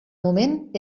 moment